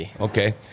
Okay